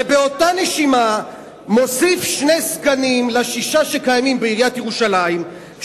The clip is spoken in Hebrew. ובאותה נשימה מוסיף שני סגנים על השישה שקיימים בעיריית ירושלים,